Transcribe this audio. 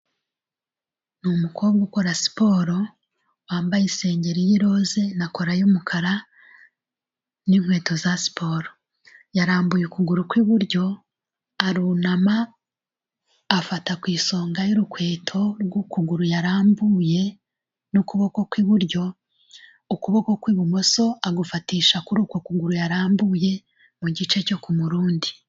Ni umukobwa ukora siporo wambaye isengeri yiroze na kora y'umukara n'inkweto za siporo. Yarambuye ukuguru kw'iburyo arunama afata ku isonga y'urukweto rw'ukuguru yarambuye n'ukuboko kw'iburyo, ukuboko kw'ibumoso agufatisha kuri uku kuguru yarambuye mu gice cyo ku murundi.